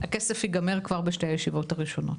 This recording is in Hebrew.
הכסף יגמר כבר בשתי הישיבות הראשונות,